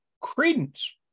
credence